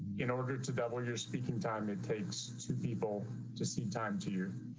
in order to double your speaking time. it takes two people to see. time to you.